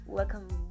Welcome